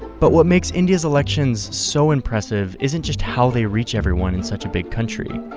but what makes india's elections so impressive isn't just how they reach everyone in such a big country,